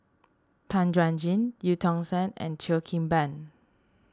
Tan Chuan Jin Eu Tong Sen and Cheo Kim Ban